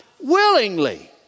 willingly